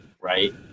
right